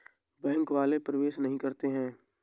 Bank वाले प्रवेश नहीं करते हैं?